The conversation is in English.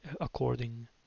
according